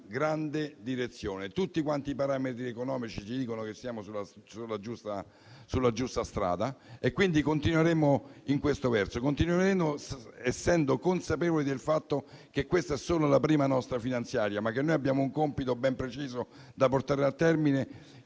grande direzione. Tutti i parametri economici ci dicono che siamo sulla giusta strada e quindi continueremo in questa direzione, consapevoli del fatto che questa è solo la nostra prima manovra finanziaria, ma che noi abbiamo un compito ben preciso da portare a termine